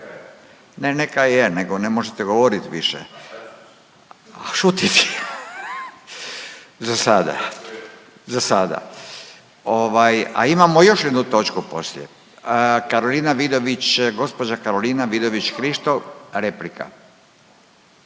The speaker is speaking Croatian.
ne neka je, nego ne možete govorit više, šutiti za sada, za sada ovaj, a imamo još jednu točku poslije. Karolina Vidović, gospođa Karolina Vidović Krišto, replika.